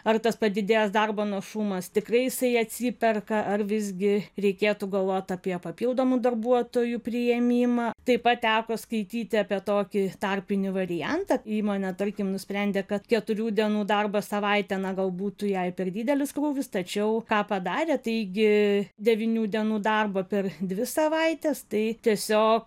ar tas padidėjęs darbo našumas tikrai jisai atsiperka ar visgi reikėtų galvoti apie papildomų darbuotojų priėmimą taip pat teko skaityti apie tokį tarpinį variantą įmonė tarkim nusprendė kad keturių dienų darbo savaitė na gal būtų jei per didelis krūvis tačiau ką padarė taigi devynių dienų darbo per dvi savaites tai tiesiog